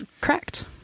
Correct